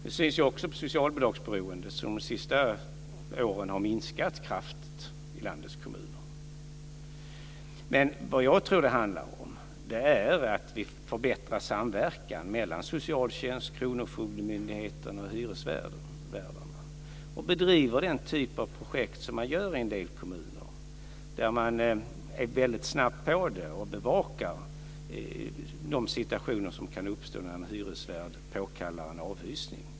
Det syns ju också på socialbidragsberoendet som de senaste åren har minskat kraftigt i landets kommuner. Jag tror att det handlar om att vi förbättrar samverkan mellan socialtjänsten, kronofogdemyndigheterna och hyresvärdarna. Det handlar om att vi bedriver den typ av projekt som man gör i en del kommuner, där man är väldigt snabbt på det och bevakar de situationer som kan uppstå när en hyresvärd påkallar en avhysning.